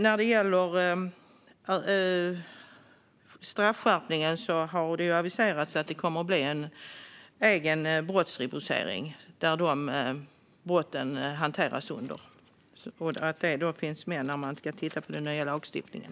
När det gäller straffskärpningen har det ju aviserats att det kommer att bli en egen brottsrubricering som dessa brott kommer att hanteras under och som kommer att finnas med när man ska titta på den nya lagstiftningen.